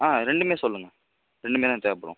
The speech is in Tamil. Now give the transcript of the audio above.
ஆ ரெண்டுமே சொல்லுங்கள் ரெண்டுமே தான் தேவைப்படும்